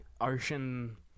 ocean